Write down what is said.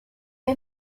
های